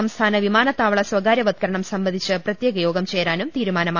സംസ്ഥാനത്ത് വിമാനത്താവള സ്വകാര്യ വത്കരണം സംബന്ധിച്ച് പ്രത്യേകയോഗം ചേരാനും തീരുമാനമായി